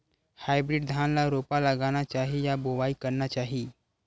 Hybrid धान ल रोपा लगाना चाही या बोआई करना चाही?